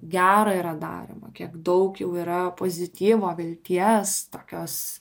gera yra daroma kiek daug jau yra pozityvo vilties tokios